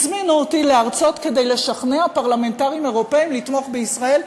הזמינו אותי להרצות כדי לשכנע פרלמנטרים אירופים לתמוך בישראל,